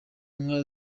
nka